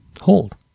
hold